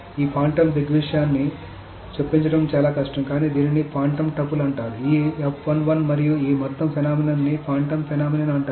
ఈ ఫాంటమ్ దృగ్విషయాన్ని చొప్పించడం చాలా కష్టం కానీ దీనిని ఫాంటమ్ టపుల్ అంటారు ఈ మరియు ఈ మొత్తం ఫెనొమెనొన్ ని ఫాంటమ్ ఫెనొమెనొన్ అంటారు